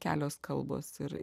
kelios kalbos ir